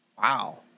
Wow